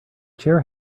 chair